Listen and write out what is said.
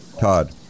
Todd